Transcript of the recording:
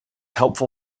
helpful